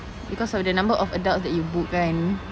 because of the number of adults that you book kan